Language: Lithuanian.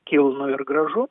kilnu ir gražu